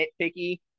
nitpicky